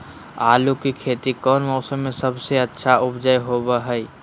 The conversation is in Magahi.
आलू की खेती कौन मौसम में सबसे अच्छा उपज होबो हय?